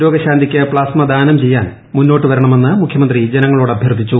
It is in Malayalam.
രോഗശാന്തിക്ക് പ്ലാസ്മ ദാനം ചെയ്യാൻ മുന്നോട്ടു വരണമെന്ന് മുഖ്യമന്ത്രി ജനങ്ങളോട് അഭ്യർത്ഥിച്ചു